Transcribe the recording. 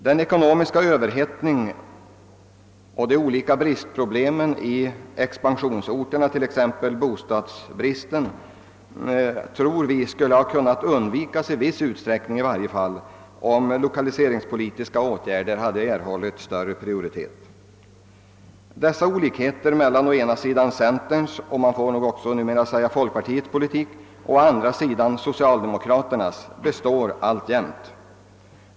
Den ekonomiska överhettningen och de olika bristproblemen i expansionsorterna, t.ex. bostadsbristen, tror vi skulle ha kunnat undvikas, i varje fall i viss utsträckning, om lokaliseringspolitiska åtgärder erhållit större prioritet. Dessa olikheter mellan å ena sidan centerpartiets och man får nog numera också säga folkpartiets politik och å andra sidan socialdemokraternas består alltjämt.